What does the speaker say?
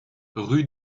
rue